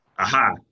aha